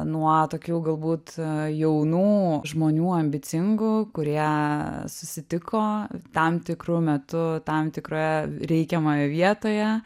nuo tokių galbūt jaunų žmonių ambicingų kurie susitiko tam tikru metu tam tikroje reikiamoje vietoje